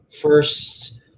first –